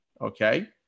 okay